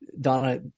Donna